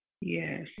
Yes